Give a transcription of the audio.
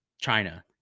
China